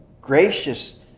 gracious